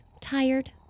tired